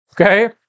Okay